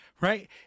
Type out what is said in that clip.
Right